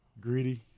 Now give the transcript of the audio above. greedy